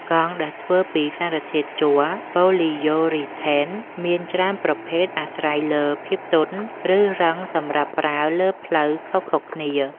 កង់ ដែលធ្វើពីសារធាតុជ័រ ប៉ូលីយូរីថេន មានច្រើនប្រភេទអាស្រ័យលើភាពទន់ ឬរឹងសម្រាប់ប្រើលើផ្លូវខុសៗគ្នា។